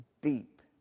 deep